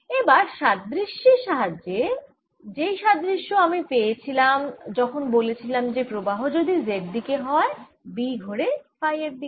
এবার সাদৃশ্যের সাহায্যে যেই সাদৃশ্য আমি পেয়েছিলাম যখন বলেছিলাম যে প্রবাহ যদি z দিকে হয় B ঘোরে ফাই এর দিকে